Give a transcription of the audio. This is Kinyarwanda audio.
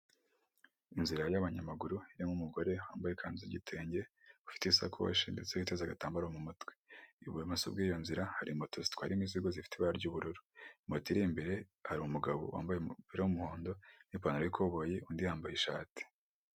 Inzira y'abanyamaguru harimo umugore wambaye ikanzu y'igitenge, ufite isakoshi ndetse witeze agatambaro mu matwe, ibumoso bw'iyo nzira hari moto zitwara imizigo zifite ibara ry'ubururu, moto iri imbere hari umugabo wambaye umupira w'umuhondo n'ipantaro y'ikoboyi undi yambaye ishati.